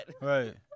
Right